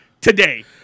today